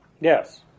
Yes